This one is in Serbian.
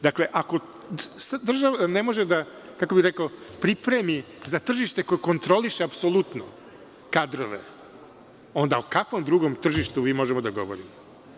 Dakle, ako država ne može da pripremi za tržište koje kontroliše, apsolutno kadrove, onda o kakvom drugom tržištu mi možemo da govorimo?